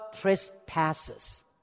trespasses